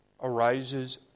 arises